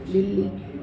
ॿिली